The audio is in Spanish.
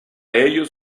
ellos